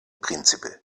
príncipe